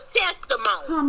testimony